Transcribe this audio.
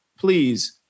please